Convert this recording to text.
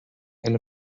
and